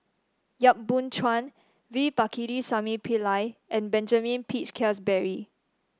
Yap Boon Chuan V Pakirisamy Pillai and Benjamin Peach Keasberry